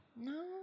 No